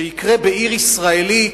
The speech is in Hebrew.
שיקרה בעיר ישראלית,